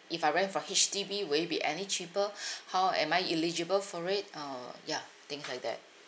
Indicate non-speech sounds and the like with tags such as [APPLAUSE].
if I rent from H_D_B will it be any cheaper [BREATH] how am I eligible for it uh ya things like that